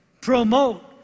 promote